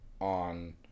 on